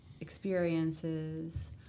experiences